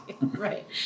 Right